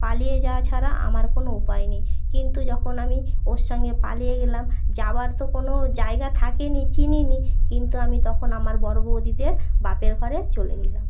পালিয়ে যাওয়া ছাড়া আমার কোনো উপায় নেই কিন্তু যখন আমি ওর সঙ্গে পালিয়ে গেলাম যাবার তো কোনো জায়গা থাকেনি চিনিনি কিন্তু আমি তখন আমার বড়ো বউদিদের বাপের ঘরে চলে গেলাম